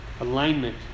Alignment